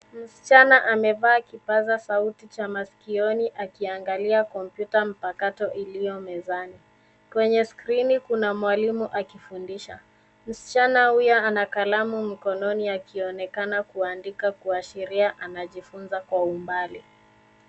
Msichana amevaa kipaza sauti cha masikioni akiangalia kompyuta mpakato iliyo mezani, kwenye skrini kuna mwalimu akifundisha , msichana huyo ana kalamu mkononi akionekana kuandika kuashiria anajifunza kwa umbali.